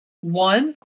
One